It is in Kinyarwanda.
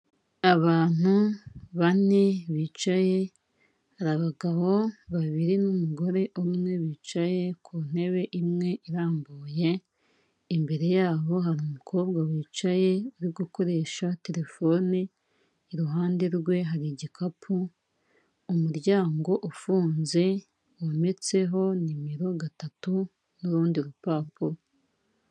Abantu bane bicaye, hari abagabo babiri n'umugore umwe bicaye ku ntebe imwe irambuye, imbere yabo hari umukobwa wicaye uri gukoresha telefone, iruhande rwe hari igikapu, umuryango ufunze wometseho nimero gatatu n'urundi rupapuro.